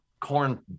corn